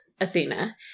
Athena